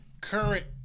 current